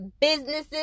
businesses